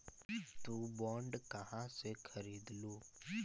तु बॉन्ड कहा से खरीदलू?